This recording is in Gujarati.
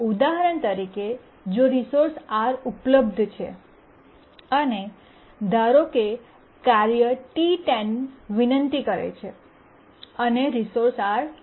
ઉદાહરણ તરીકે જો રિસોર્સ R ઉપલબ્ધ છે અને ધારો કે કાર્ય T10 વિનંતી કરે છે અને રિસોર્સ R મેળવે છે